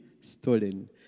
stolen